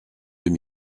deux